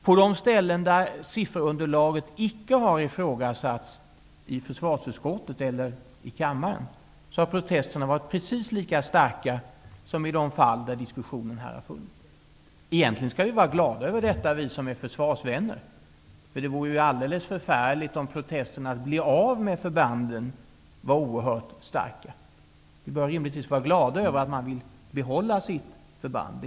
I de fall då sifferunderlaget icke har ifrågasatts i försvarsutskottet eller i kammaren har protesterna varit precis lika starka som i de fall då det har varit diskussioner här. Egentligen skall vi som är försvarsvänner vara glada över detta. Det vore ju alldeles förfärligt, om önskemålen om att bli av med förbanden vore oerhört starka. Vi bör rimligtvis vara glada över att man vill behålla sitt förband.